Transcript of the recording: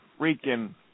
freaking